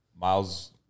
Miles